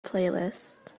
playlist